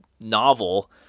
novel